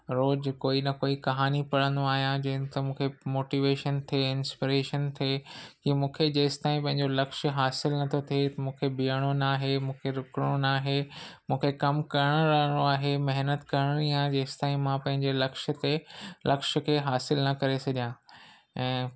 रोज़ु कोई न कोई कहाणी पढ़ंदो आहियां जंहिं सां मूंखे मोटिवेशन थिए इंस्प्रेशन थिए की मूंखे जेसिताईं पंहिंजो लक्ष्य हासिलु नथो थिए मूंखे बिहणो नाहे मूंखे रुकणो नाहे मूंखे कमु करिणो रहणो आहे महिनत करिणी आहे जेसिताईं मां पंहिंजे लक्ष्य खे लक्ष्य खे हासिलु न करे छॾियां ऐं